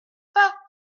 pas